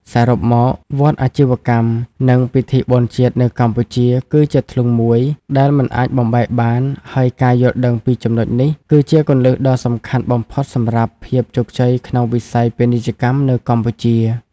សរុបមក វដ្តអាជីវកម្ម និងពិធីបុណ្យជាតិនៅកម្ពុជា គឺជាធ្លុងមួយដែលមិនអាចបំបែកបាន ហើយការយល់ដឹងពីចំណុចនេះ គឺជាគន្លឹះដ៏សំខាន់បំផុតសម្រាប់ភាពជោគជ័យក្នុងវិស័យពាណិជ្ជកម្មនៅកម្ពុជា។